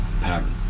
pattern